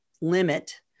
limit